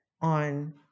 on